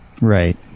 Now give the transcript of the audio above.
Right